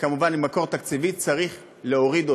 וכמובן עם מקור תקציבי, צריך להוריד.